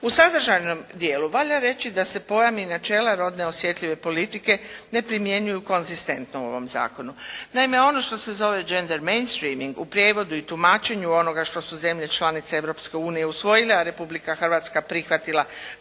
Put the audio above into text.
U sadržajnom dijelu valja reći da se pojam i načela rodno osjetljive politike ne primjenjuju konzistentno u ovom zakonu. Naime, ono što se zove Gender mainstreaming u prijevodu i tumačenju onoga što su zemlje članice Europske unije usvojile, a Republika Hrvatska prihvatila